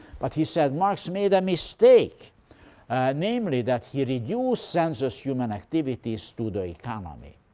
but he said marx made a mistake namely, that he reduced sensuous human activities to the economy,